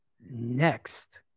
Next